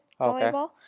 volleyball